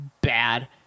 bad